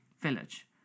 village